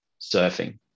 surfing